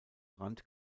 rand